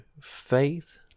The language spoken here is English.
faith